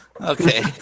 Okay